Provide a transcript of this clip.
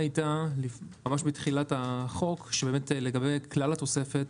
ממש בתחילת החוק המטרה הייתה שלגבי כלל התוספת